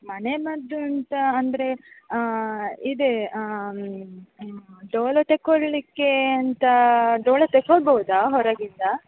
ಮನೆ ಮದ್ದು ಅಂತ ಅಂದರೆ ಇದೆ ಡೊಲೊ ತೆಕ್ಕೊಳ್ಳಿಕ್ಕೆ ಅಂತ ಡೊಳೊ ತೆಕ್ಕೊಳ್ಬೋದಾ ಹೊರಗಿಂದ